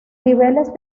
niveles